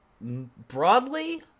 Broadly